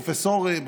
פרופסורים,